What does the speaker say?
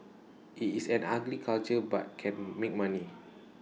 IT is an ugly culture but can make money